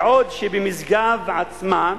בעוד שבמשגב עצמה,